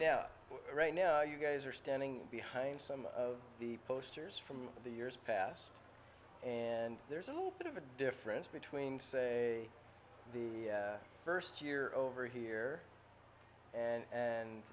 it right now you guys are standing behind some of the posters from the years past and there's a little bit of a difference between say the first year over here and